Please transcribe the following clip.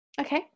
Okay